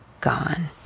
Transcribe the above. Gone